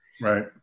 Right